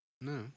No